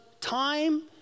time